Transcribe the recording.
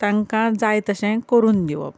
तांकां जाय तशें करून दिवप